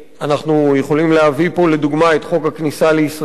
אנחנו יכולים להביא פה לדוגמה את חוק הכניסה לישראל,